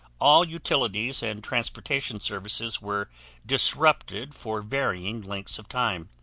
all utilities and transportation services were disrupted for varying lengths of time.